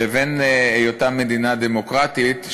לבין היותה מדינה דמוקרטית,